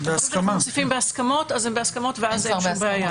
הם בהסכמות ואז אין שום בעיה.